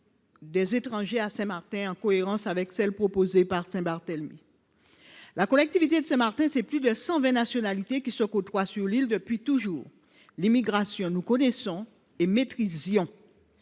des étrangers à Saint Martin, en cohérence avec celle qui est proposée concernant Saint Barthélemy. La collectivité de Saint Martin rassemble plus de 120 nationalités, qui se côtoient sur l’île depuis toujours : l’immigration, nous connaissons, et nous la maîtrisions.